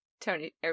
Tony